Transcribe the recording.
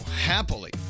happily